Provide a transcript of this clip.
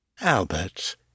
Albert